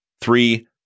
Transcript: Three